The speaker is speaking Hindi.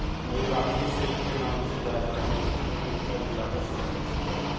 मयूराक्षी सिल्क के नाम से झारखण्ड के दुमका जिला का सिल्क प्रसिद्ध है